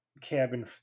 cabin